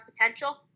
potential